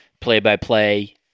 play-by-play